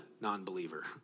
non-believer